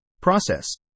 process